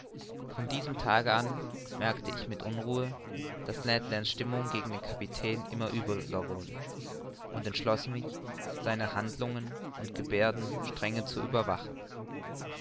von diesem tage an merkte ich mit unruhe daß ned lands stimmung gegen den kapitän nemo immer übler wurde und entschloß mich seine handlungen und geberden strenge zu überwachen